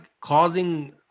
causing